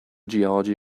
geology